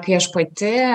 kai aš pati